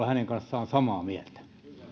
ja olla hänen kanssaan samaa mieltä